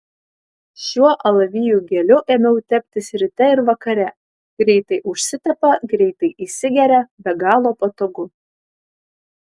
šiuo alavijų geliu ėmiau teptis ryte ir vakare greitai užsitepa greitai įsigeria be galo patogu